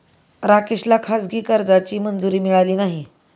राकेशला खाजगी कर्जाची मंजुरी मिळाली नाही